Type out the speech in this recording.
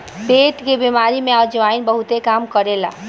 पेट के बेमारी में अजवाईन बहुते काम करेला